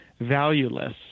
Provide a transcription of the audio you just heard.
valueless